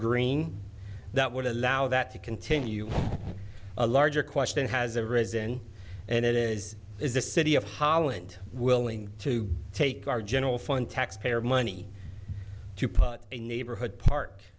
green that would allow that to continue a larger question has arisen and it is is the city of holland willing to take our general fund taxpayer money to put a neighborhood park